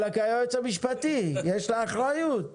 על היועץ המשפטי, יש לה אחריות.